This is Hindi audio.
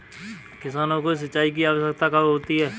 किसानों को सिंचाई की आवश्यकता कब होती है?